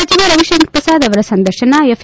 ಸಚಿವ ರವಿಶಂಕರ್ ಪ್ರಸಾದ್ ಅವರ ಸಂದರ್ಶನ ಎಫ್